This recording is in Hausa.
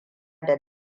da